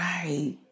Right